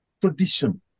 tradition